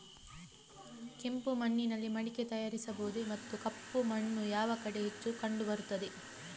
ಕೆಂಪು ಮಣ್ಣಿನಲ್ಲಿ ಮಡಿಕೆ ತಯಾರಿಸಬಹುದೇ ಮತ್ತು ಕಪ್ಪು ಮಣ್ಣು ಯಾವ ಕಡೆ ಹೆಚ್ಚು ಕಂಡುಬರುತ್ತದೆ?